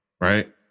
right